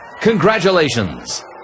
Congratulations